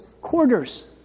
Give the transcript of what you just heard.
quarters